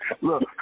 look